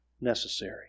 Necessary